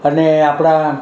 અને આપણા